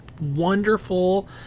wonderful